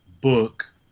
book